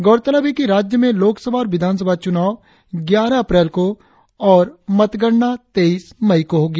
गौरतलब है कि राज्य में लोक सभा और विधानसभा चुनाव ग्यारह अप्रैल को और मतगणना तेईस मई को हगी